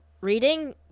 reading